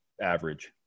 average